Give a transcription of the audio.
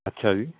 ਅੱਛਾ ਜੀ